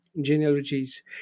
genealogies